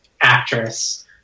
actress